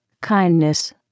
kindness